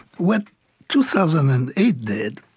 what two thousand and eight did,